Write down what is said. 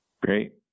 Great